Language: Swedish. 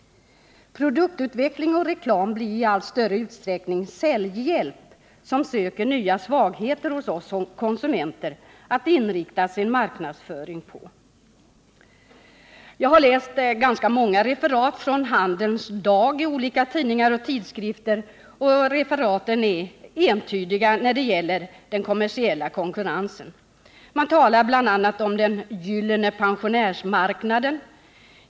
Produktutveckling och reklam blir i allt större utsträckning säljhjälp, som söker nya svagheter hos oss konsumenter att inrikta sin marknadsföring på. Jag har läst många referat från Handelns Dag i olika tidningar och tidskrifter. Referaten är entydiga när det gäller kommersiell konkurrens. Man talar bl.a. om den ”gyllene pensionärsmarknaden”.